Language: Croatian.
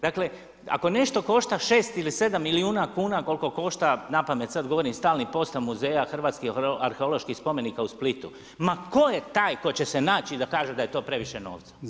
Dakle ako nešto košta 6 ili 7 milijuna kuna koliko košta, na pamet sad govorim stalni postav muzeja hrvatski arheoloških spomenika u Splitu, ma tko je taj koji će se naći i da kaže da je to previše novca?